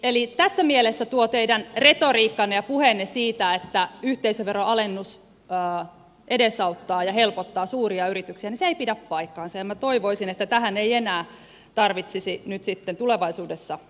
tässä mielessä tuo teidän retoriikkanne ja puheenne siitä että yhteisöveron alennus edesauttaa ja helpottaa suuria yrityksiä ei pidä paikkaansa ja minä toivoisin että tähän ei enää tarvitsisi nyt sitten tulevaisuudessa palata